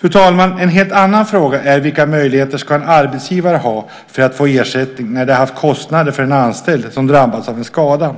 Fru talman! En helt annan fråga gäller vilka möjligheter en arbetsgivare ska ha att få ersättning när man haft kostnader för en anställd som drabbats av en skada.